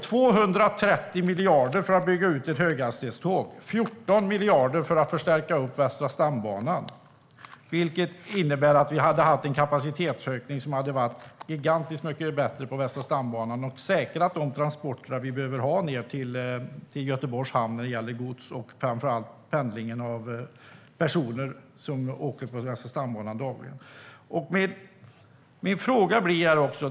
230 miljarder för att bygga ut ett höghastighetståg och 14 miljarder för att förstärka Västra stambanan - det innebär att vi hade haft en kapacitetsökning som hade varit gigantiskt mycket bättre på Västra stambanan. Vi hade säkrat de transporter vi behöver ha ned till Göteborgs hamn när det gäller gods och framför allt pendling för personer som reser på Västra stambanan dagligen. Jag kommer nu till min fråga.